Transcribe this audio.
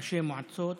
ראשי מועצות,